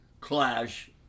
clash